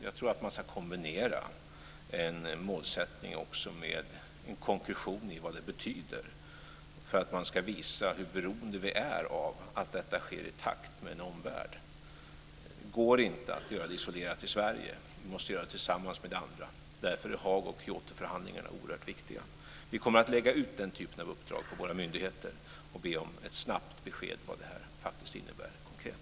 Jag tror att man ska kombinera en målsättning med en konkretion av vad det betyder, för att man ska visa hur beroende vi är av att detta sker i takt med en omvärld. Det går inte att göra det här isolerat i Sverige. Vi måste göra det tillsammans med andra. Därför är Haag och Kyotoförhandlingarna oerhört viktiga. Vi kommer att lägga ut den här typen av uppdrag på våra myndigheter och be om ett snabbt besked om vad det här faktiskt innebär konkret.